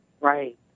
Right